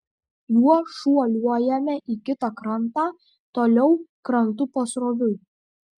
juo šuoliuojame į kitą krantą toliau krantu pasroviui